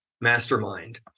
mastermind